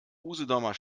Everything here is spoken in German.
usedomer